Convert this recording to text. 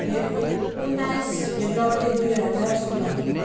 Feb ए उन्नाइस February दुई हजार सोह्र